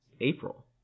April